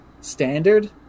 standard